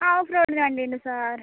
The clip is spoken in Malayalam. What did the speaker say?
ആ ഓഫ്റോഡിൻ്റെ വണ്ടിയുണ്ട് സാർ